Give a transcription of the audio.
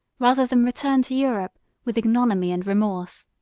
rather than return to europe with ignominy and remorse.